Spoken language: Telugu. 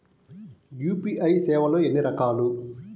యూ.పీ.ఐ సేవలు ఎన్నిరకాలు?